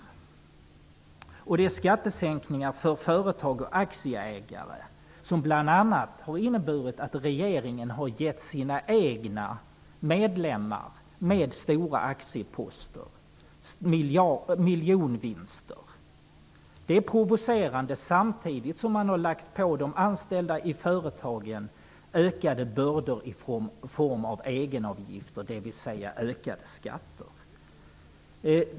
Det har genomförts skattesänkningar för företag och aktieägare, och de har bl.a. inneburit att regeringen har givit sina egna medlemmar med stora aktieposter miljonvinster. Det är provocerande. Och det har man gjort samtidigt som man har lagt på de anställda i företagen ökade bördor i form av egenavgifter, dvs. ökade skatter.